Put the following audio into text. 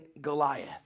Goliath